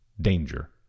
danger